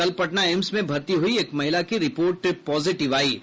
कल पटना एम्स में भर्ती हुई एक महिला की रिपोर्ट पॉजिटिव आयी है